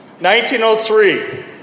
1903